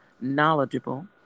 knowledgeable